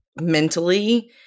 mentally –